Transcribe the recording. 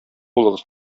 булыгыз